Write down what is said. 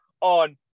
on